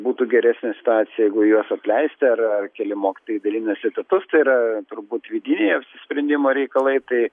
būtų geresnė situacija jeigu juos atleisti ar ar keli mokytojai dalinasi etatus tai yra turbūt vidiniai apsisprendimo reikalai tai